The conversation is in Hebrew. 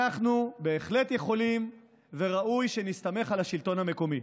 אנחנו בהחלט יכולים וראוי שנסתמך על השלטון המקומי.